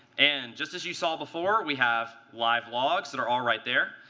and just as you saw before, we have live logs that are all right there.